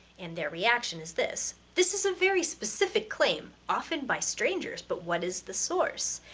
and their reaction is this this is a very specific claim. often by strangers? but what is the source?